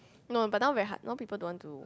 no but now very hard now people don't want to